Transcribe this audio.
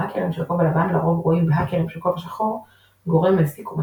האקרים של כובע לבן לרוב רואים בהאקרים של כובע שחור גורם מזיק ומטריד.